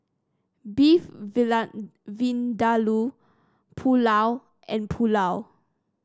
Beef Vindaloo Pulao and Pulao